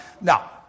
Now